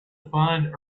find